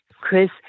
Chris